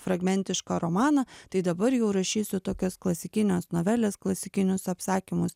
fragmentišką romaną tai dabar jau rašysiu tokias klasikines noveles klasikinius apsakymus